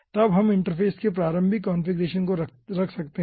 तब हम इंटरफ़ेस के प्रारंभिक कॉन्फ़िगरेशन को रख सकते हैं